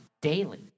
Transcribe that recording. daily